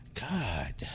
God